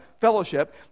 fellowship